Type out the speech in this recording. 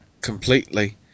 completely